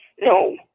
No